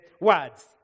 words